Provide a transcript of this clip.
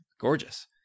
Gorgeous